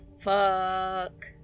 Fuck